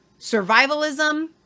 survivalism